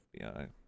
FBI